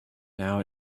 now